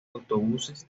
autobuses